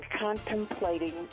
contemplating